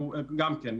גם כן,